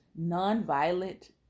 nonviolent